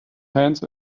hands